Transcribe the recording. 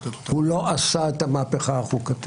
הוא לא עשה את המהפכה החוקתית.